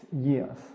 years